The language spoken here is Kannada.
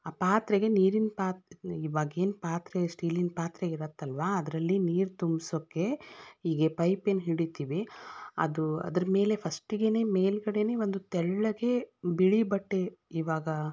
ಆ ಪಾತ್ರೆಗೆ ನೀರಿನ ಪಾತ್ ಇವಾಗೇನು ಪಾತ್ರೆ ಸ್ಟೀಲಿನ ಪಾತ್ರೆ ಇರುತ್ತಲ್ವಾ ಅದರಲ್ಲಿ ನೀರು ತುಂಬಿಸೋಕ್ಕೆ ಹೀಗೆ ಪೈಪೇನು ಹಿಡಿತೀವಿ ಅದು ಅದರ ಮೇಲೆ ಫಸ್ಟ್ಗೆ ಮೇಲುಗಡೆನೆ ಒಂದು ತೆಳ್ಳಗೆ ಬಿಳಿ ಬಟ್ಟೆ ಇವಾಗ